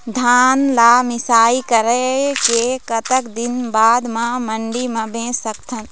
धान ला मिसाई कराए के कतक दिन बाद मा मंडी मा बेच सकथन?